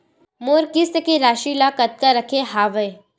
मोर किस्त के राशि ल कतका रखे हाव?